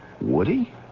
Woody